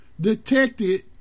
detected